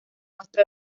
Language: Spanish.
muestra